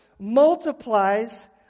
Multiplies